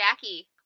Jackie